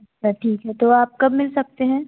अच्छा ठीक है तो आप कब मिल सकते हैं